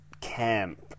camp